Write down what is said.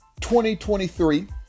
2023